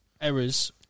errors